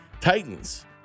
Titans